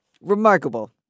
remarkable